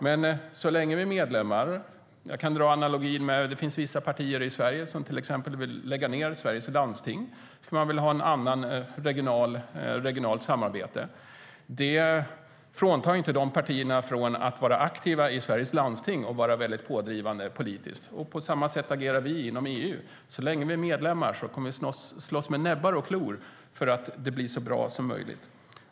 Jag kan göra jämförelsen - apropå att vi är medlemmar i EU - med vissa partier i Sverige som vill lägga ned landstingen och ha en annan form av regionalt samarbete. Det hindrar inte de partierna att vara aktiva och politiskt pådrivande i de svenska landstingen. På samma sätt agerar vi inom EU. Så länge vi är medlemmar kommer vi att slåss med näbbar och klor för att det ska bli så bra som möjligt.